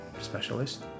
specialist